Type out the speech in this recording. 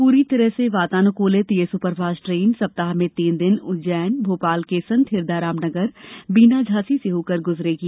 पूरी तरह से वातानुकूलित यह सुपरफास्ट ट्रेन सप्ताह में तीन दिन उज्जैन भोपाल के संत हिरदाराम नगर बीना झांसी से होकर गुजरेगी